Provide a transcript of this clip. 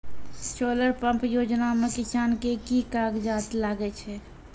Solar pump योजना म किसान के की कागजात लागै छै?